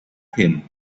him